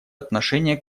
отношение